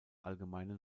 allgemeinen